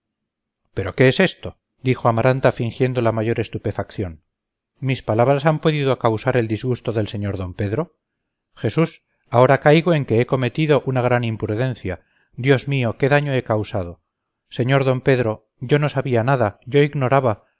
pero qué es esto dijo amaranta fingiendo la mayor estupefacción mis palabras han podido causar el disgusto del sr d pedro jesús ahora caigo en que he cometido una gran imprudencia dios mío qué daño he causado sr d pedro yo no sabía nada yo ignoraba